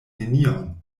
nenion